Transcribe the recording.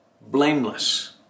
blameless